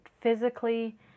physically